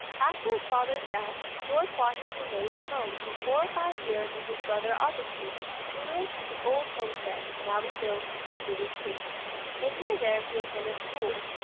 after his father's death, george washington made his home for four or five years with his brother augustine, who lived at the old homestead, now rebuilt, at bridges creek and near there he attended school.